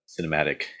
cinematic